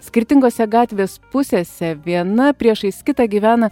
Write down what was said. skirtingose gatvės pusėse viena priešais kitą gyvena